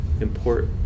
import